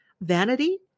Vanity